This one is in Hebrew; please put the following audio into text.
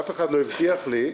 אף אחד לא הבטיח לי,